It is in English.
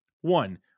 One